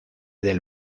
del